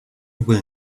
will